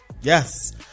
Yes